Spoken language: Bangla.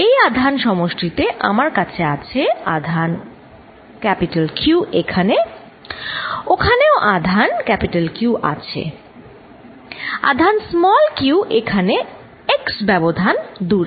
এই আধান সমষ্টিতে আমার কাছে আছে আধানQ এখানে ওখানেও আধারQ আর আছে আধানq এইখানে x ব্যবধান দূরে